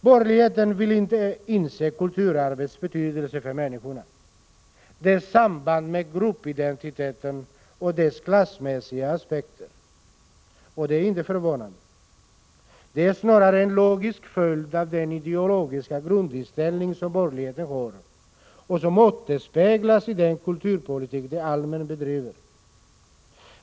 Borgerligheten vill inte inse kulturarvets betydelse för människorna, dess samband med gruppidentiteten och dess klassmässiga aspekter. Det är inte förvånande. Det är snarare en logisk följd av den ideologiska grundinställning som borgerligheten har och som återspeglas i den kulturpolitik som den allmänt bedriver.